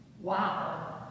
Wow